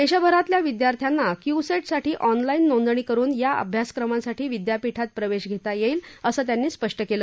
देशभरातल्या विद्यार्थ्यांना क्यूसेझाठी ऑनलाईन नोंदणी करुन या अभ्यासक्रमांसाठी विद्यापीठात प्रवेश घेता येईल असं त्यांनी स्पष्ट केलं